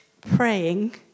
praying